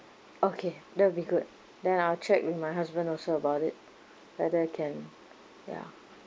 okay that'll be good then I'll check with my husband also about it whether he can yeah